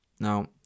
now